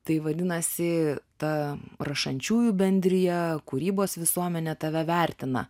tai vadinasi ta rašančiųjų bendrija kūrybos visuomenė tave vertina